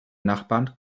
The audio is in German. nachbarn